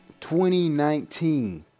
2019